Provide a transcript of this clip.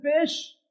fish